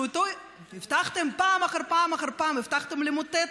שאותו פעם אחר פעם אחר פעם הבטחתם למוטט,